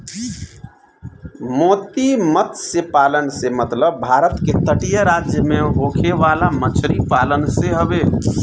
मोती मतस्य पालन से मतलब भारत के तटीय राज्य में होखे वाला मछरी पालन से हवे